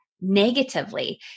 negatively